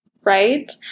right